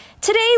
Today